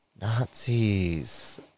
Nazis